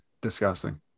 disgusting